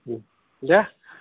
अ देह